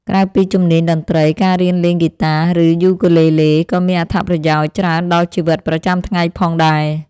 ក្រៅពីជំនាញតន្ត្រី ការរៀនលេងហ្គីតា ឬ យូគូលេលេ ក៏មានអត្ថប្រយោជន៍ច្រើនដល់ជីវិតប្រចាំថ្ងៃផងដែរ។